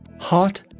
Hot